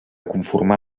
conformar